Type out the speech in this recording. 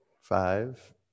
Five